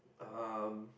um